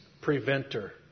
preventer